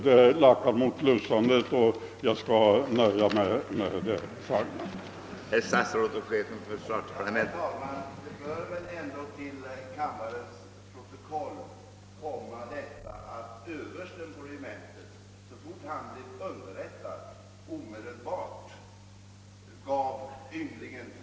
Det lackar nu mot »lus sande» och jag skall därför nöja mig med det anförda, samtidigt som jag tackar för svaret.